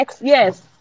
yes